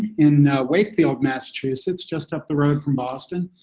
in wakefield, massachusetts. just up the road from boston.